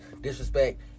disrespect